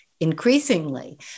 Increasingly